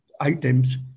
items